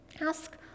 ask